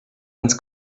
ens